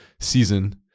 season